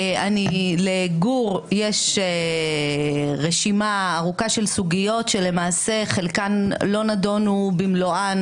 לגור יש רשימה ארוכה של סוגיות שלמעשה חלקן לא נדונו במלואן